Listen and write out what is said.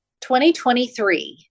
2023